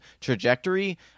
trajectory